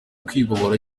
kwibohora